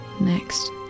next